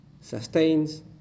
sustains